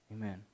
amen